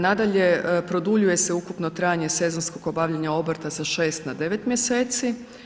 Nadalje, produljuje se ukupno trajanja sezonskog obavljanja obrta sa 6 na 9 mjeseci.